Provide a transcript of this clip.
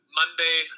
Monday